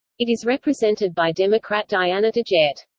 it is represented by democrat diana degette.